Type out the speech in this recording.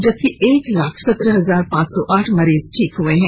जबकि एक लाख सत्रह हजार पांच सौ आठ मरीज ठीक हुए हैं